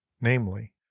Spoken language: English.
namely